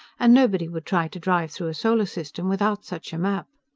and nobody would try to drive through a solar system without such a map.